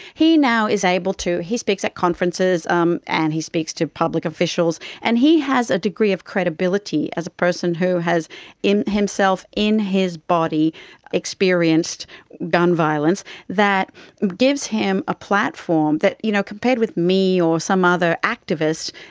he now is able to, he speaks at conferences um and he speaks to public officials, and he has a degree of credibility as a person who has himself in his body experienced gun violence that gives him a platform that, you know compared with me or some other activist,